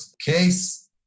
case